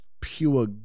pure